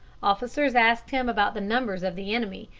officers asked him about the numbers of the enemy,